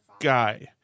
guy